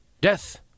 Death